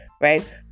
right